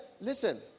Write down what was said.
listen